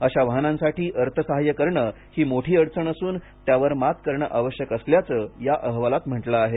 अशा वाहनांसाठी अर्थसहाय्य करणे ही मोठी अडचण असून त्यावर मात करणे आवश्यक असल्याचं या अहवालात म्हटलं आहे